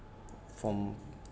from